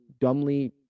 dumbly